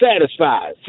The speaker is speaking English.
satisfied